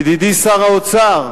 ידידי שר האוצר,